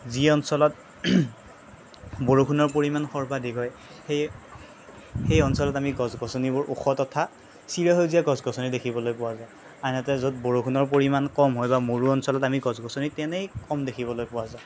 যি অঞ্চলত বৰষুণৰ পৰিমাণ সৰ্বাধিক হয় সেই সেই অঞ্চলত আমি গছ গছনিবোৰ ওখ তথা চিৰসেউজীয়া গছ গছনি দেখিবলৈ পোৱা যায় আনহাতে য'ত বৰষুণৰ পৰিমাণ কম হয় বা মৰু অঞ্চলত আমি গছ গছনি তেনেই কম দেখিবলৈ পোৱা যায়